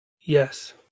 yes